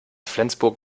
flensburg